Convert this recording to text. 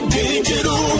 digital